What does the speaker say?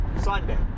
Sunday